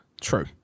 true